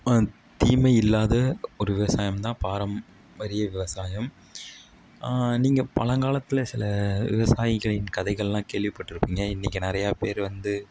தீமை இல்லாத ஒரு விவசாயம் தான் பாரம்பரிய விவசாயம் நீங்கள் பழங்காலத்தில் சில விவசாயிகளின் கதைகளெலாம் கேள்விப்பட்டிருப்பீங்க இன்றைக்கி நிறையா பேர் வந்து